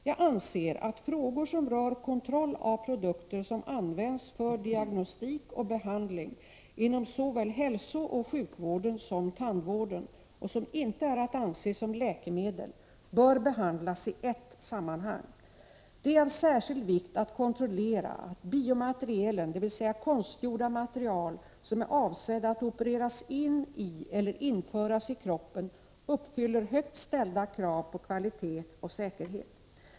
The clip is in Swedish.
Jag anser att frågor som rör kontroll av produkter som används för diagnostik och behandling inom såväl hälsooch sjukvården som tandvården och som inte är att anse som läkemedel bör behandlas i ett sammanhang. Det är av särskild vikt att kontrollera att biomaterialen, dvs. konstgjorda material som är avsedda att opereras in i eller införas i kroppen, uppfyller högt ställda krav på kvalitet och säkerhet.